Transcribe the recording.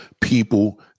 people